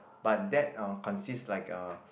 but that oh consist like a